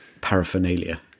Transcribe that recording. paraphernalia